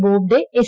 Bobde S